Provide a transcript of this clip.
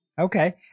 Okay